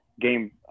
Game